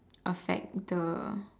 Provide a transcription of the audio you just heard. affect the